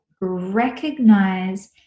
recognize